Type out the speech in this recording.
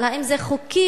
האם זה חוקי,